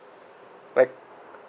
like